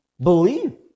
believe